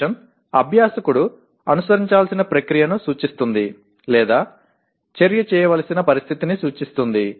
condition అభ్యాసకుడు అనుసరించాల్సిన ప్రక్రియను సూచిస్తుంది లేదా చర్య చేయవలసిన పరిస్థితిని సూచిస్తుంది